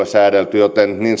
säädelty joten niin